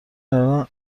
الان